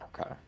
Okay